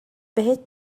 بهت